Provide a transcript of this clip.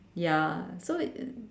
ya so it it